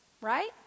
right